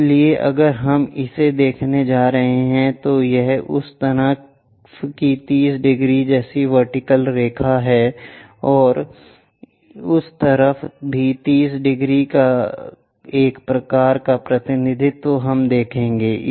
इसलिए अगर हम इसे देखने जा रहे हैं तो यह उस तरफ की 30 डिग्री जैसी वर्टिकल रेखा है और उस तरफ भी 30 डिग्री का एक प्रकार का प्रतिनिधित्व हम देखेंगे